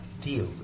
deal